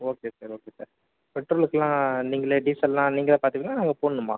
okay sir okay sir பெட்ரோலுக்குலாம் நீங்களே டீசல்லாம் நீங்களே பார்த்துப்பிங்களா நாங்கள் போடணுமா